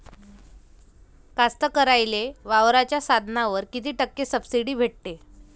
कास्तकाराइले वावराच्या साधनावर कीती टक्के सब्सिडी भेटते?